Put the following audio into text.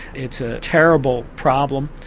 it's a terrible problem.